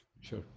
sure